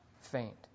faint